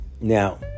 Now